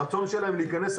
הרצון שלהם להיכנס,